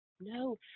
No